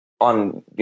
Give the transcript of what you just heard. on